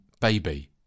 baby